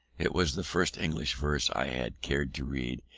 it was the first english verse i had cared to read,